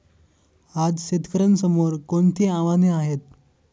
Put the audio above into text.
आज शेतकऱ्यांसमोर कोणती आव्हाने आहेत?